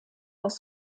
aus